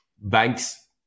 Banks